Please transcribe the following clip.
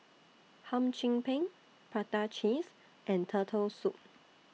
Hum Chim Peng Prata Cheese and Turtle Soup